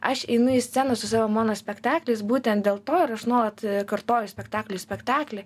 aš einu į sceną su savo monospektakliais būtent dėl to ir aš nuolat kartoju spektaklį į spektaklį